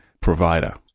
provider